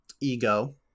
ego